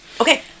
okay